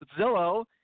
Zillow –